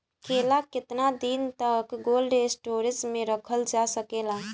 केला केतना दिन तक कोल्ड स्टोरेज में रखल जा सकेला?